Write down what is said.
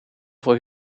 voor